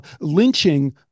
lynching